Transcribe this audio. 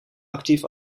actief